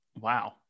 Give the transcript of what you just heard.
Wow